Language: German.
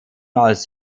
als